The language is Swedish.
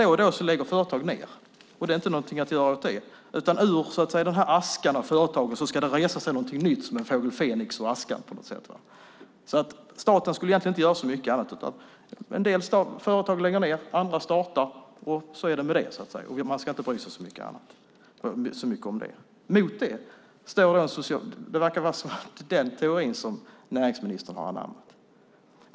Då och då lägger företag ned, och det är inte någonting att göra åt det. Ur den här askan av företagen ska det resa sig någonting nytt, som en fågel Fenix på något sätt. Staten skulle egentligen inte göra så mycket. En del företag lägger ned, andra startar. Så är det med det och man ska inte bry sig så mycket om det. Det verkar vara den teorin som näringsministern har anammat.